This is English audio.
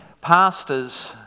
pastors